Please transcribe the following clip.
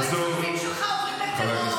מה אתה עושה שם בוועדת גישור?